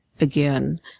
again